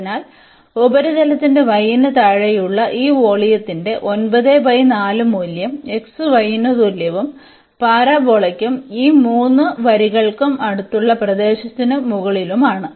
അതിനാൽ ഉപരിതലത്തിന്റെ y ന് താഴെയുള്ള ഈ വോള്യത്തിന്റെ മൂല്യം xy ന് തുല്യവും പരാബോളയ്ക്കും ഈ മൂന്ന് വരികൾക്കും അടുത്തുള്ള പ്രദേശത്തിന് മുകളിലുമാണ്